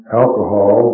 alcohol